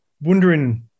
wondering